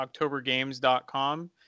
octobergames.com